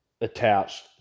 attached